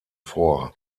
vor